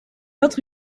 autre